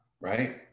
right